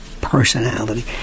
personality